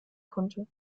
konnte